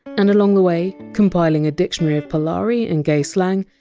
and along the way compiling a dictionary of polari and gay slang,